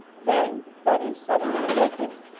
then bunny, suddenly awakened,